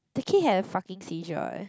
the kid have fucking seizure eh